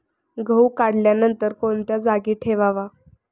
गहू काढल्यानंतर कोणत्या जागी ठेवावा?